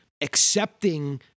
accepting